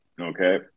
Okay